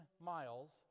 miles